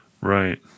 Right